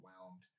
overwhelmed